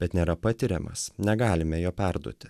bet nėra patiriamas negalime jo perduoti